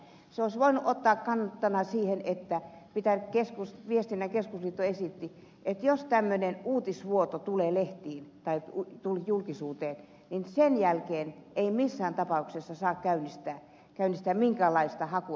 se olisi voinut ottaa kantaa siihen mitä viestinnän keskusliitto esitti että jos tämmöinen uutisvuoto tulee lehtiin tai julkisuuteen niin sen jälkeen ei missään tapauksessa saa käynnistää minkäänlaista hakua